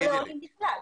או לעולים בכלל.